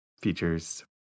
features